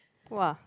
!woah!